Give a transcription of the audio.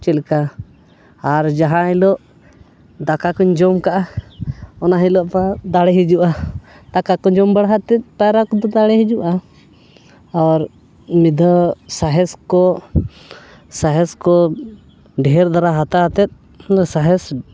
ᱪᱮᱫ ᱞᱮᱠᱟ ᱟᱨ ᱡᱟᱦᱟᱸ ᱦᱤᱞᱳᱜ ᱫᱟᱠᱟ ᱠᱚᱧ ᱡᱚᱢ ᱠᱟᱜᱼᱟ ᱚᱱᱟ ᱦᱤᱞᱳᱜ ᱫᱚ ᱫᱟᱲᱮ ᱦᱤᱡᱩᱜᱼᱟ ᱫᱟᱠᱟ ᱠᱚ ᱡᱚᱢ ᱵᱟᱲᱟ ᱠᱟᱛᱮ ᱯᱟᱭᱨᱟ ᱠᱚᱫᱚ ᱫᱟᱲᱮ ᱦᱤᱡᱩᱜᱼᱟ ᱟᱨ ᱢᱤᱫ ᱫᱷᱟᱹᱣ ᱥᱟᱸᱦᱮᱫ ᱠᱚ ᱥᱟᱸᱦᱮᱫ ᱠᱚ ᱰᱷᱮᱨ ᱫᱷᱟᱨᱟ ᱦᱟᱛᱟᱣ ᱟᱛᱮᱫ ᱥᱟᱸᱦᱮᱫ